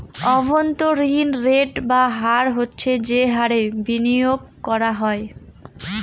অভ্যন্তরীন রেট বা হার হচ্ছে যে হারে বিনিয়োগ করা হয়